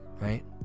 right